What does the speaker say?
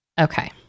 Okay